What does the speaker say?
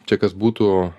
čia kas būtų